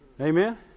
amen